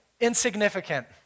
insignificant